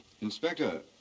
Inspector